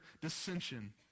dissension